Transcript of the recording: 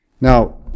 Now